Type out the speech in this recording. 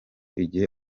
igihe